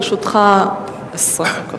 לרשותך 20 דקות.